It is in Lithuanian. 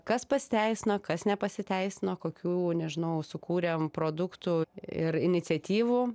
kas pasiteisino kas nepasiteisino kokių nežinau sukūrėm produktų ir iniciatyvų